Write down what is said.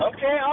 Okay